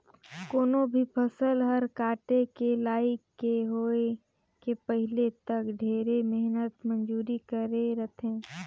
कोनो भी फसल हर काटे के लइक के होए के पहिले तक ढेरे मेहनत मंजूरी करे रथे